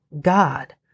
God